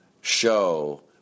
show